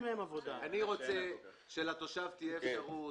אני רוצה שלתושב תהיה אפשרות